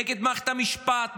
נגד מערכת המשפט,